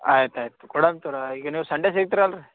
ಆಯ್ತು ಆಯ್ತು ಕೊಡಣ ತೋರ ಈಗ ನೀವು ಸಂಡೇ ಸಿಗ್ತಿರ ಅಲ್ರಿ